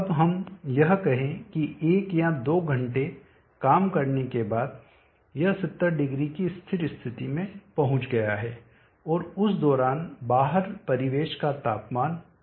अब हम यह कहें कि एक या दो घंटे काम करने के बाद यह 700 की स्थिर स्थिति में पहुंच गया है और उस दौरान बाहर परिवेश का तापमान 300 था